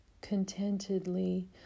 contentedly